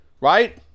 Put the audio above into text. right